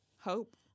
hope